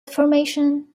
formation